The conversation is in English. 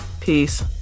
Peace